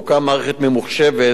תוקם מערכת ממוחשבת